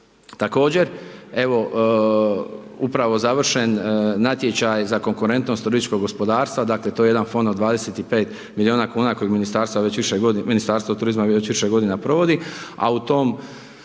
Također, evo upravo završen natječaj za konkurentnost turističkog gospodarstva, dakle, to je jedan fond od 25 milijuna kuna kojeg Ministarstvo turizma već više godina provodi, a u tom